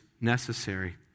necessary